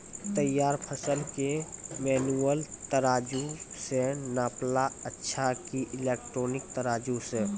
तैयार फसल के मेनुअल तराजु से नापना अच्छा कि इलेक्ट्रॉनिक तराजु से?